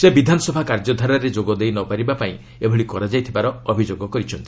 ସେ ବିଧାନସଭା କାର୍ଯ୍ୟଧାରାରେ ଯୋଗ ଦେଇ ନ ପାରିବାପାଇଁ ଏଭଳି କରାଯାଇଥିବାର ସେ ଅଭିଯୋଗ କରିଛନ୍ତି